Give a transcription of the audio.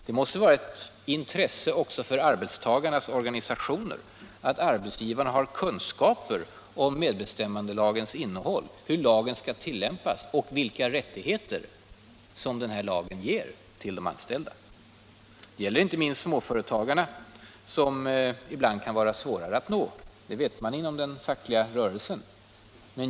Det måste vara av intresse också för arbetstagarnas organisationer att arbetsgivarna har kunskaper om medbestämmandelagens innehåll och tillämpning och om vilka rättigheter lagen ger till de anställda. Detta gäller inte minst småföretagarna, som ibland kan vara svårare att nå — det vet man inom den fackliga rörelsen.